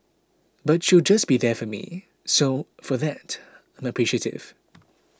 but she'll just be there for me so for that I'm appreciative